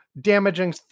damaging